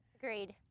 Agreed